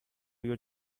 your